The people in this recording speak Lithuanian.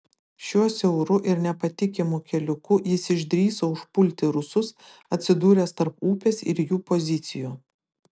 šiuo siauru ir nepatikimu keliuku jis išdrįso užpulti rusus atsidūręs tarp upės ir jų pozicijų